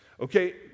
Okay